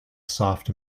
soft